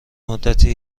مدتی